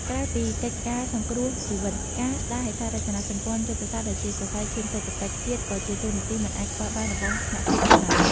ក្រៅពីកិច្ចការសង្គ្រោះជីវិត ការស្ដារហេដ្ឋារចនាសម្ព័ន្ធយុទ្ធសាស្ត្រដែលជាសរសៃឈាមសេដ្ឋកិច្ចជាតិ ក៏ជាតួនាទីមិនអាចខ្វះបានរបស់ថ្នាក់ជាតិផងដែរ។